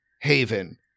Haven